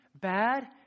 bad